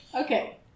Okay